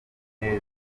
neza